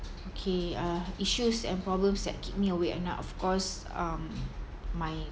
okay uh issues and problems that keep me awake at night of course um my